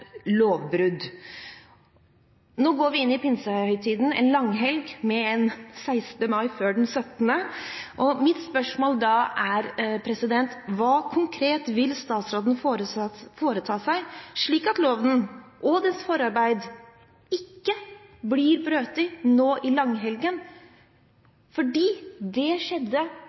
lovbrudd. Nå går vi inn i pinsehøytiden, en langhelg med en 16. mai før den 17., og mitt spørsmål er: Hva vil statsråden konkret foreta seg slik at loven – med forarbeider – ikke blir brutt nå i langhelgen? Det skjedde